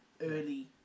early